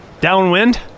Downwind